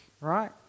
right